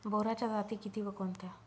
बोराच्या जाती किती व कोणत्या?